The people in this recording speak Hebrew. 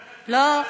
לא.